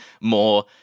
more